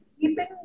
keeping